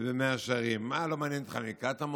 ובמאה שערים, מה, לא מעניין אותך מקטמון?